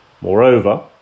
Moreover